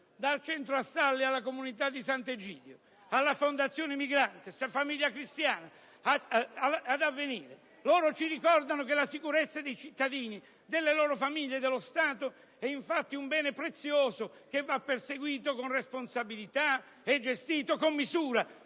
dal Centro Astalli alla comunità di Sant'Egidio, dalla Fondazione Migrantes a Famiglia cristiana ed Avvenire, che ci ricordano che la sicurezza dei cittadini, delle loro famiglie, dello Stato è un bene prezioso che va perseguito con responsabilità e gestito con misura,